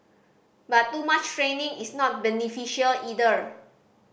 but too much training is not beneficial either